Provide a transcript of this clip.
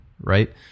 Right